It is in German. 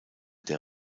der